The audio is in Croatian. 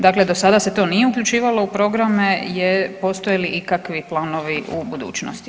Dakle, do sada se to nije uključivalo u programe i postoje li ikakvi planovi u budućnosti.